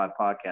podcast